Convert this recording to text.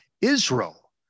Israel